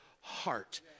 heart